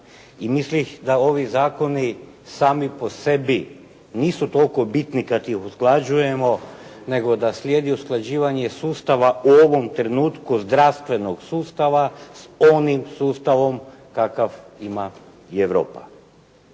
i mislih da ovi zakoni sami po sebi nisu toliko bitni kada ih usklađujemo nego da slijedi usklađivanje sustava u ovom trenutku zdravstvenog sustava sponim sustavom kakav ima i Europa.